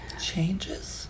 changes